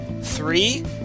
three